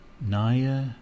Naya